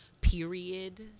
period